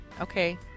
Okay